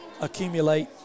accumulate